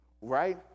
right